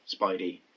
Spidey